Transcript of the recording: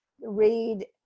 read